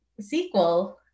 sequel